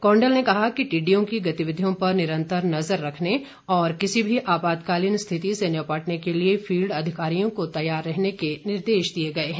कोंडल ने कहा कि टिड्डियों की गतिविधियों पर निरंतर नजर रखने और किसी भी आपातकालीन स्थिति से निपटने के लिए फील्ड अधिकारियों को तैयार रहने के निर्देश दिए गए हैं